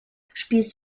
spielst